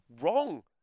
Wrong